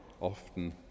often